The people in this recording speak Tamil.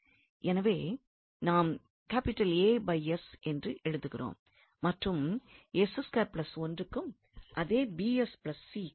எனவே நாம் என்று எழுதுகிறோம் மற்றும் க்கும் அதே கிடைக்கிறது